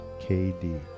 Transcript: KD